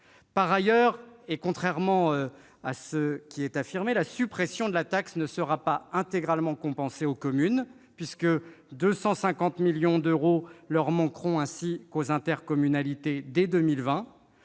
Par ailleurs, contrairement à ce que vous affirmez, la suppression de la taxe d'habitation ne sera pas intégralement compensée aux communes, puisque 250 millions d'euros leur manqueront, ainsi qu'aux intercommunalités, dès 2020.